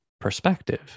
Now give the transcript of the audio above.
perspective